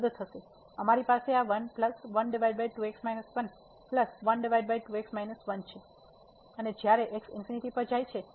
તેથી અમારી પાસે આ છે અને જ્યારે x ∞ પર જાય છે